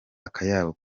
akayabo